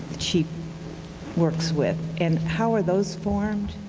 chief works with and how are those formed?